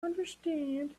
understand